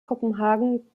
kopenhagen